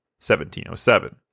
1707